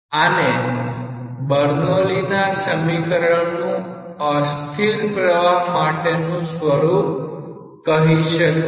આને બર્નોલીના સમીકરણનું અસ્થિર પ્રવાહ માટેનું સ્વરૂપ કહી શકાય